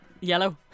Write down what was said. Yellow